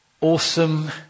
awesome